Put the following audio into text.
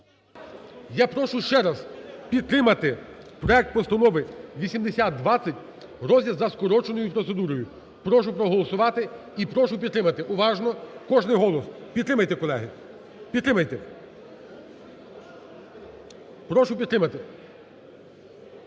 Я прошу ще раз, підтримати проект Постанови 8020, розгляд за скороченою процедурою. Прошу проголосувати і прошу підтримати, уважно кожен голос, підтримайте, колеги, підтримайте. Прошу підтримати.